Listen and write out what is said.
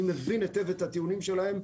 אני מבין היטב את הטיעונים שלהם.